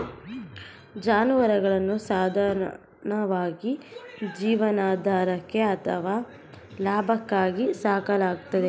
ಜಾನುವಾರುಗಳನ್ನು ಸಾಧಾರಣವಾಗಿ ಜೀವನಾಧಾರಕ್ಕೆ ಅಥವಾ ಲಾಭಕ್ಕಾಗಿ ಸಾಕಲಾಗ್ತದೆ